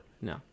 No